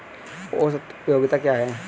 औसत उपयोगिता क्या है?